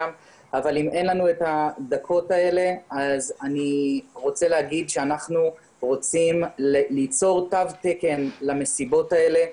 אני רוצה לומר שאנחנו רוצים ליצור תו תקן למסיבות האלה,